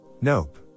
Nope